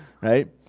right